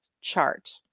chart